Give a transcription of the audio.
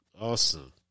Awesome